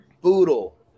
boodle